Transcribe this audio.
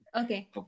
Okay